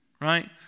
right